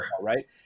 right